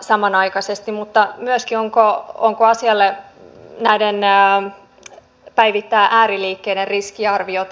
samanaikaisesti mutta myöskin kaa onko asialle näiden nää että päivitetäänkö ääriliikkeiden riskiarviota